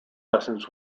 lessons